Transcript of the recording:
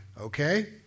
Okay